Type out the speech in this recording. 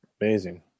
Amazing